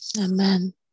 Amen